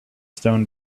stone